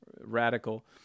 radical